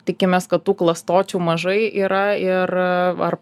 tikimės kad tų klastočių mažai yra ir